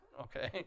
okay